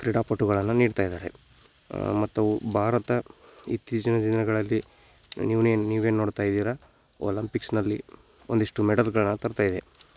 ಕ್ರೀಡಾಪಟುಗಳನ್ನು ನೀಡ್ತಾ ಇದ್ದಾರೆ ಮತ್ತು ಅವು ಭಾರತ ಇತ್ತೀಚಿನ ದಿನಗಳಲ್ಲಿ ನೀವ್ ಏನು ನೀವು ಏನು ನೋಡ್ತಾ ಇದ್ದೀರ ಒಲಂಪಿಕ್ಸ್ನಲ್ಲಿ ಒಂದಿಷ್ಟು ಮೆಡಲ್ಗಳನ್ನ ತರ್ತಾ ಇವೆ